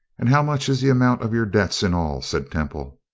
and how much is the amount of your debts in all? said temple.